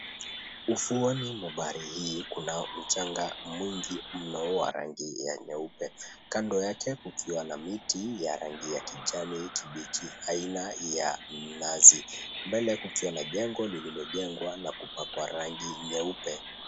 Ufuoni mwa bahari hii kuna mchanga mwingi mno wa rangi ya nyeupe. Kando yake kukiwa na miti ya rangi ya kijani kibichi aina ya mnazi. Mbele kukiwa na jengo lililojengwa na kupakwa rangi nyeupe.